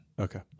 Okay